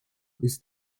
ist